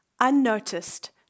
unnoticed